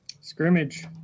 Scrimmage